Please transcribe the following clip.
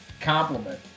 compliment